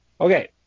Okay